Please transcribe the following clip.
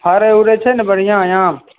फड़ै उड़ै छै ने बढ़िऑं आम